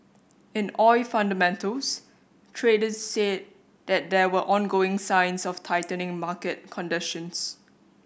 in oil fundamentals traders said that there were ongoing signs of tightening market conditions